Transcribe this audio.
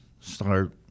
start